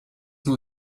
nur